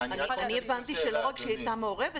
אני הבנתי שלא רק שהיא הייתה מעורבת